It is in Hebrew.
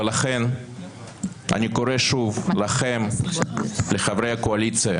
ולכן אני קורא שוב לכם, לחברי מהקואליציה: